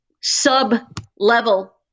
sub-level